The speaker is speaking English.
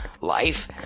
life